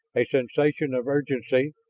a sensation of urgency,